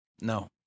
No